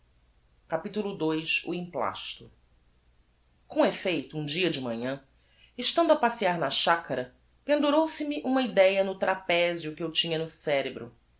capitulo ii o emplasto com effeito um dia de manhã estando a passear na chacara pendurou se me uma idéa no trapezio que eu tinha no cerebro